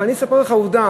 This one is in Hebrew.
אבל אני אספר לך עובדה.